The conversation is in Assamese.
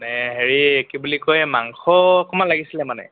মানে হেৰি কি বুলি কয় মাংস অকণমান লাগিছিলে মানে